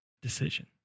decision